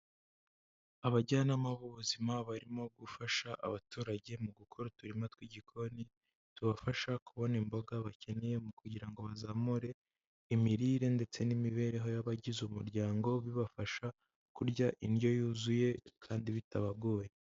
Abajyanama b'ubuzima barimo gufasha abaturage mu gukora uturima tw'igikoni tubafasha kubona imboga bakeneye mu kugira ngo bazamure imirire, ndetse n'imibereho y'abagize umuryango, bibafasha kurya indyo yuzuye kandi bitabagoye.